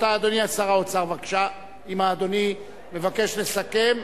אדוני שר האוצר, בבקשה, אם אדוני מבקש לסכם.